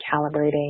calibrating